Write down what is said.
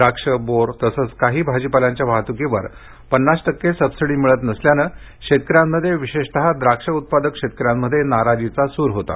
द्राक्ष बोर तसंच काही भाजीपाल्यांच्या वाहतुकीवर पन्नास टक्के सबसिडी मिळत नसल्यानं शेतकऱ्यांमध्ये विशेषतः द्राक्ष उत्पादक शेतकऱ्यांमध्ये नाराजीचा सूर होता